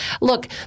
Look